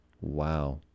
Wow